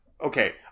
Okay